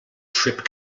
tripp